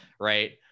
right